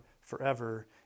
forever